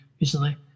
recently